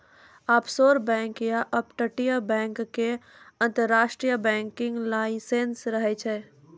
offshore bank या अपतटीय bank के अंतरराष्ट्रीय बैंकिंग लाइसेंस रहै छै